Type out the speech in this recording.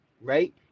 right